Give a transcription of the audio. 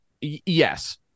Yes